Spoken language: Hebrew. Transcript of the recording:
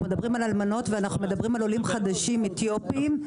אנחנו מדברים על אלמנות, עולים חדשים אתיופים.